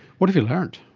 what have you learned?